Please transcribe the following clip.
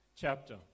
chapter